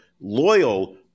loyal